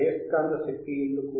అయస్కాంత శక్తి ఎందుకు